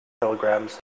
telegrams